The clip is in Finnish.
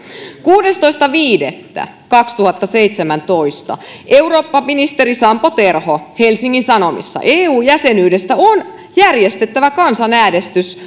kuudestoista viidettä kaksituhattaseitsemäntoista eurooppaministeri sampo terho helsingin sanomissa eu jäsenyydestä on järjestettävä kansanäänestys